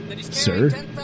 Sir